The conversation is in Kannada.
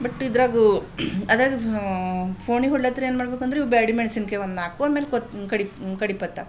ಬಟ್ ಇದ್ರಾಗ ಅದ್ರಾಗ ಫೋಣಿ ಹೊರ್ಳತ್ತಾರ ಏನು ಮಾಡ್ಬೇಕಂದ್ರೆ ಬ್ಯಾಡಗಿ ಮೆಣಸಿನಕಾಯಿ ಒಂದು ನಾಲ್ಕು ಆಮೇಲೆ ಕೊತ್ ಕಡಿ ಕಡಿ ಪತ್ತಾ